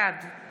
בעד